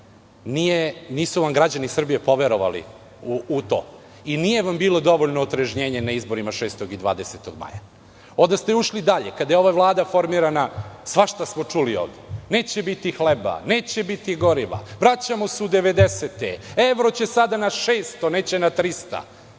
Nisu vam građani Srbjie poverovali u to. I nije vam bilo dovoljno otrežnjenje na izborima 6. i 20. maja, onda ste išli dalje. Kada je ova vlada formirana svašta smo čuli ovde – neće biti hleba, neće biti goriva, vraćamo se u devedesete godine, evro će sada na 600, neće na 300.Šta